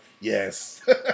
yes